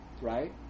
right